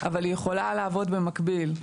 אבל היא יכולה לעבוד במקביל.